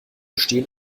stehen